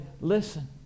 listen